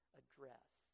address